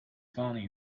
funny